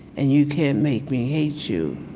and you can't make me hate you,